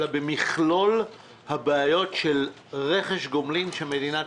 אלא במכלול הבעיות של רכש גומלין של מדינת